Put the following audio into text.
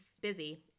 busy